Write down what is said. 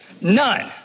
None